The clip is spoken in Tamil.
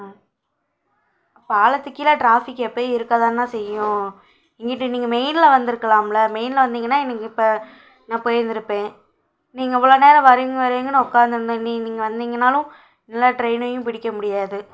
ஆம் பாலத்துக்கு கீழே டிராஃபிக் எப்பையும் இருக்கதாண்ணா செய்யும் இங்கிட்டும் நீங்கள் மெயினில் வந்திருக்கலாம்ல மெயின்ல வந்தீங்கன்னால் இன்றைக்கு இப்போ நான் போயிருந்திருப்பேன் நீங்கள் இவ்வளோ நேரம் வருவீங்கள் வருவீங்கன்னும் நான் உட்காந்துருந்தேன் இனி நீங்கள் வந்தீங்கன்னாலும் எல்லாம் ட்ரெயினையும் பிடிக்க முடியாது